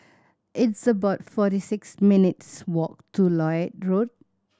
it's about forty six minutes walk to Lloyd Road